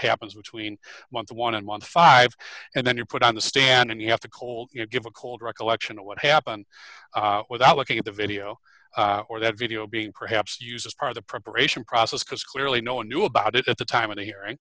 happens between one to one and fifteen and then you're put on the stand and you have to cold you know give a cold recollection of what happened without looking at the video or that video being perhaps used as part of the preparation process because clearly no one knew about it at the time of the hearing